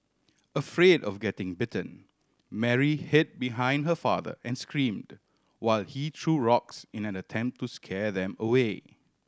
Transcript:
afraid of getting bitten Mary hid behind her father and screamed while he threw rocks in an attempt to scare them away